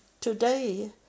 Today